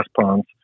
ponds